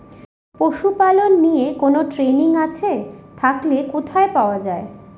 পশুপালন নিয়ে কোন ট্রেনিং আছে থাকলে কোথায় পাওয়া য়ায়?